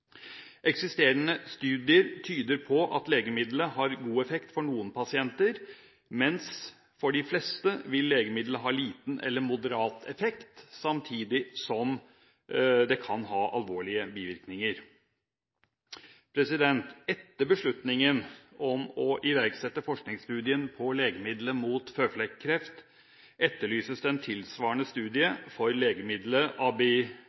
Eksisterende studier tyder på at legemidlet har god effekt for noen pasienter, mens legemidlet for de fleste vil ha liten eller moderat effekt, samtidig som det kan ha alvorlige bivirkninger. Etter beslutningen om å iverksette forskningsstudien på legemidlet mot føflekkreft etterlyses det en tilsvarende